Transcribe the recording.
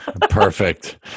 Perfect